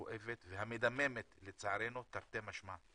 הכואבת והמדממת, לצערנו תרתי משמע.